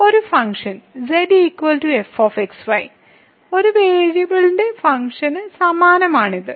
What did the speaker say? ഒരു function z f x y ഒരു വേരിയബിളിന്റെ ഫംഗ്ഷന് സമാനമാണ് ഇത്